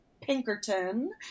Pinkerton